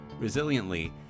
resiliently